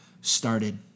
started